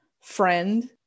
friend